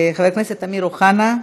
חבר הכנסת אמיר אוחנה,